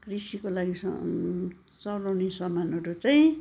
कृषिको लागि सन चलाउने सामानहरू चैँ